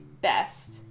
best